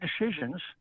decisions